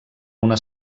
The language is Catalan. una